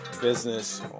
business